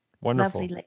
wonderful